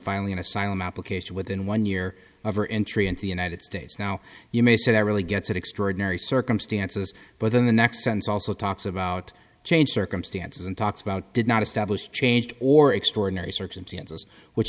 finally an asylum application within one year of her entry into the united states now you may say that really gets in extraordinary circumstances but the next sentence also talks about change circumstances and talks about did not establish changed or extraordinary circumstances which